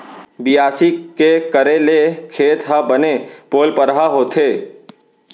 बियासी के करे ले खेत ह बने पोलपरहा होथे